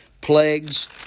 plagues